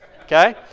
Okay